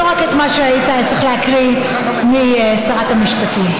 לא רק מה שהיית צריך להקריא משרת המשפטים,